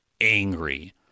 angry